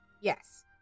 yes